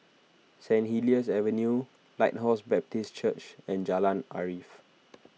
Saint Helier's Avenue Lighthouse Baptist Church and Jalan Arif